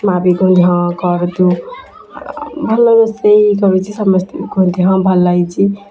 ମାଆ ବି କୁହନ୍ତି ହଁ କର ତୁ ଭଲ ରୋଷେଇ କରୁଛି ସମସ୍ତେ କୁହନ୍ତି ହଁ ଭଲ ହୋଇଛି